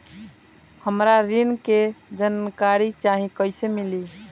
हमरा ऋण के जानकारी चाही कइसे मिली?